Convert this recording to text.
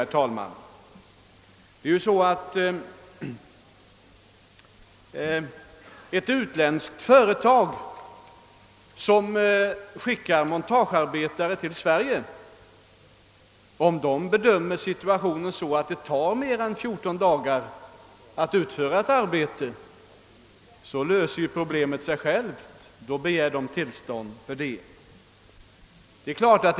Om ett utländskt företag, som skickar montagearbetare till Sverige, bedömer situationen så att det kommer att ta mer än fjorton dagar att utföra ett arbete, löser sig nu problemet av sig självt genom att företaget då begär tillstånd för utförandet av arbetet.